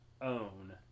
own